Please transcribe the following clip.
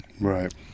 Right